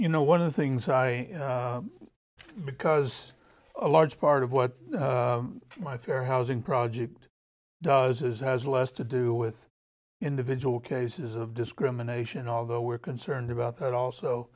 you know one of the things i because a large part of what my fair housing project does is has less to do with individual cases of discrimination although we're concerned about that also